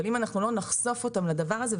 אבל אם אנחנו לא נחשוף אותם לדבר הזה,